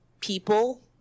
people